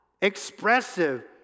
expressive